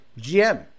gm